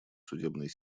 судебной